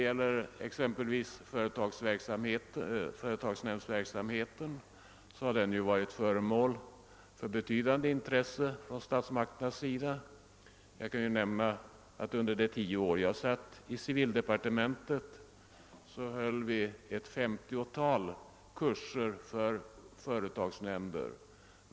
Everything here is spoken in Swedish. Vad exempelvis beträffar företagsnämndsverksamheten har den varit föremål för betydande intresse från statsmakternas sida. Jag kan nämna att vi under de tio år jag satt i civildepartementet höll ett femtiotal kurser för företagsnämnder.